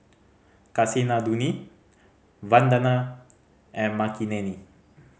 Kasinadhuni Vandana and Makineni